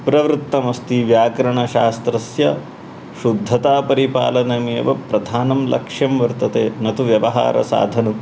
प्रवृत्तमस्ति व्याकरणशास्त्रस्य शुद्धतापरिपालनमेव प्रधानं लक्ष्यं वर्तते न तु व्यवहारसाधनम्